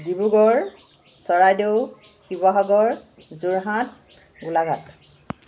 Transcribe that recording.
Dibrugarh Charaideo Sivasagar Jorhat Golaghat